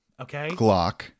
Glock